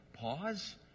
pause